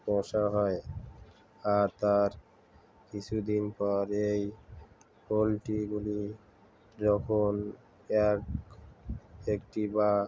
পোষা হয় আর তার কিছুদিন পর এই পোলট্রিগুলি যখন এক একটি বা